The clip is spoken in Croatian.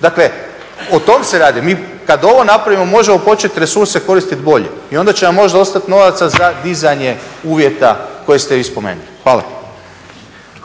Dakle, o tome se radi. Mi kad ovo napravimo možemo početi resurse koristiti bolje i onda će nam možda ostati novaca za dizanje uvjeta koje ste vi spomenuli. Hvala.